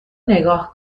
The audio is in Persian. نگاه